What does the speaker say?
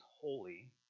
holy